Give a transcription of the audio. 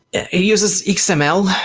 it uses like so html.